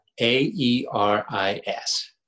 A-E-R-I-S